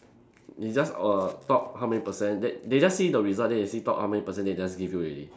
it's just err top how many percent they they just see the result then they see top how many percent they just give you already